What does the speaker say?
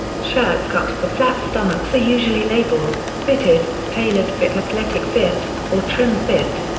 shirts cut for flat stomachs are usually labeled, fitted, tailored fit athletic fit or trim fit.